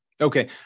Okay